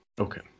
Okay